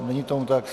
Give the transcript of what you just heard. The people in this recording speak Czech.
Není tomu tak.